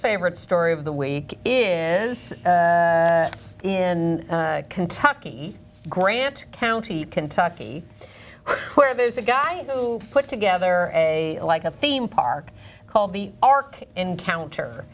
favorite story of the week is in kentucky grant county kentucky where there's a guy who put together a like a theme park called the ark encounter